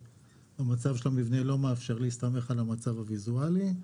כשהמצב של המבנה לא מאפשר להסתמך על המצב הוויזואלי.